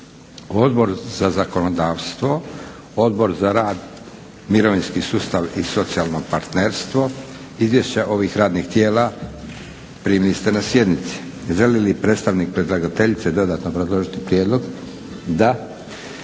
Odbor za zakonodavstvo, Odbor za rad, mirovinski sustav i socijalno partnerstvo. Izvješća ovih radnih tijela primili ste na sjednici. Želi li predstavnik predlagateljice dodatno obrazložiti prijedlog? Da.